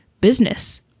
business